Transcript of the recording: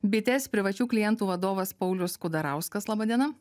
bitės privačių klientų vadovas paulius kudarauskas laba diena